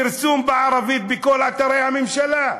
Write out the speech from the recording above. פרסום בערבית בכל אתרי הממשלה?